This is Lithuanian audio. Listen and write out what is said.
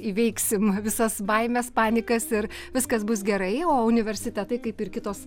įveiksim visas baimes panikas ir viskas bus gerai o universitetai kaip ir kitos